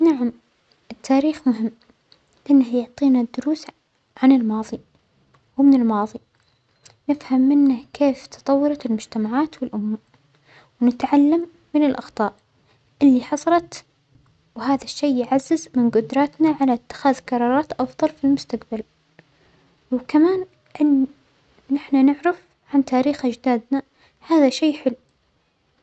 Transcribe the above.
نعم التاريخ مهم لأنه يعطينا دروس ع-عن الماظى، ومن الماظى نفهم منه كيف تطورت المجتمعات والأمة ونتعلم من الأخطاء اللى حصلت وهذا الشي يعزز من جدرتنا على إتخاذ جرارات أفضل في المستجبل، وكمان أن نحنا نعرف عن تاريخ أجدادنا هذا شي حلو.